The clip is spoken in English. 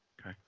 Okay